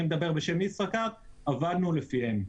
עבדנו לפיהן.